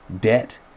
debt